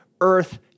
earth